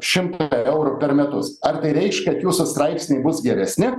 šimtą eurų per metus ar tai reiškia kad jūsų straipsniai bus geresni